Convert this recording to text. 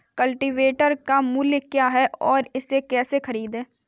Cultivator का मूल्य क्या है और इसे कैसे खरीदें?